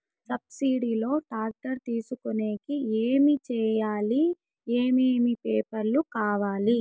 Subsidy లో tractor తీసుకొనేకి ఏమి చేయాలి? ఏమేమి పేపర్లు కావాలి?